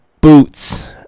boots